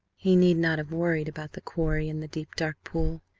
he need not have worried about the quarry and the deep, dark pool.